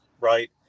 Right